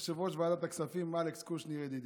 יושב-ראש ועדת הכספים אלכס קושניר ידידי,